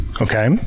okay